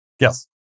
Yes